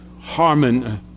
Harmon